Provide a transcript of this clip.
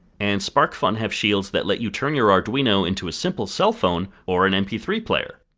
and sparkfun have shields that let you turn your arduino into a simple cell phone, or an m p three player!